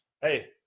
hey